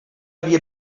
havia